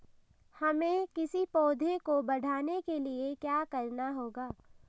हमें किसी पौधे को बढ़ाने के लिये क्या करना होगा?